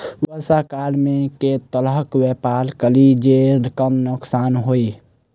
वर्षा काल मे केँ तरहक व्यापार करि जे कम नुकसान होइ?